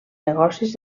negocis